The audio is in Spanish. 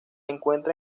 encuentra